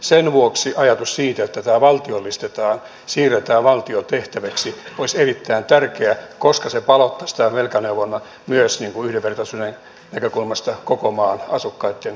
sen vuoksi ajatus siitä että tämä valtiollistetaan siirretään valtion tehtäväksi olisi erittäin tärkeä koska se palauttaisi tämän velkaneuvonnan myös yhdenvertaisuuden näkökulmasta koko maan asukkaitten ulottuville